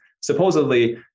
supposedly